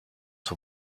son